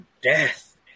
Death